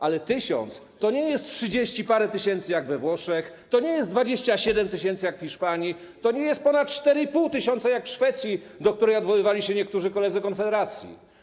Ale 1 tys. to nie jest trzydzieści parę tysięcy jak we Włoszech, to nie jest 27 tys. jak w Hiszpanii, to nie jest ponad 4,5 tys. jak w Szwecji, do której odwoływali się niektórzy koledzy z Konfederacji.